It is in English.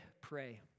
pray